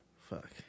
Fuck